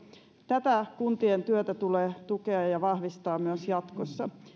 tätä kuntien työtä tulee tukea ja vahvistaa myös jatkossa